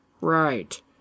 right